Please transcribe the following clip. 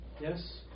Yes